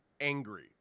angry